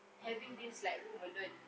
having this like room alone